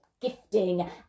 gifting